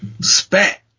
spat